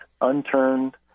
unturned